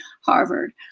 Harvard